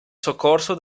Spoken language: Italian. soccorso